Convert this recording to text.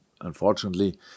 unfortunately